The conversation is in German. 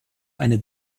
eine